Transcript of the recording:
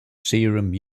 serum